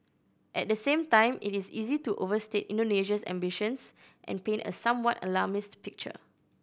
at the same time it is easy to overstate Indonesia's ambitions and paint a somewhat alarmist picture